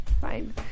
Fine